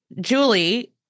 Julie